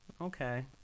Okay